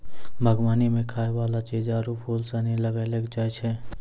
बागवानी मे खाय वाला चीज आरु फूल सनी लगैलो जाय छै